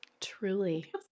Truly